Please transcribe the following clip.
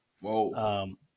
Whoa